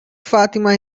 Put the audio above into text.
fatima